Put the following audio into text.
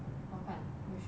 好看 you should watch